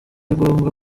ngombwa